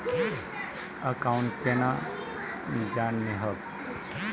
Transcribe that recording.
Account केना जाननेहव?